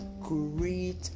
great